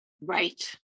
Right